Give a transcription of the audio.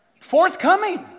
forthcoming